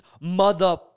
mother